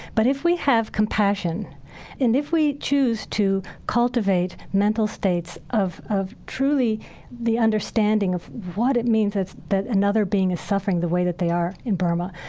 but if we have compassion and if we choose to cultivate mental states of of truly the understanding of what it means that another being is suffering the way that they are in burma,